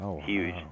huge